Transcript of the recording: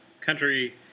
Country